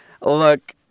Look